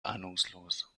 ahnungslos